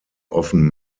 often